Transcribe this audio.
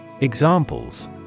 Examples